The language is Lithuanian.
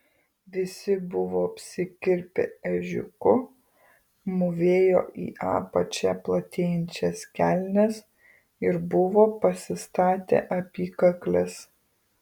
visi buvo apsikirpę ežiuku mūvėjo į apačią platėjančias kelnes ir buvo pasistatę apykakles